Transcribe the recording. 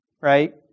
Right